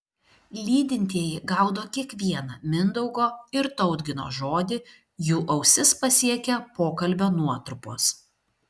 lydintieji gaudo kiekvieną mindaugo ir tautgino žodį jų ausis pasiekia pokalbio nuotrupos